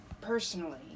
personally